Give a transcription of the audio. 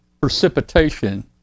precipitation